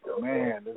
man